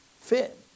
Fit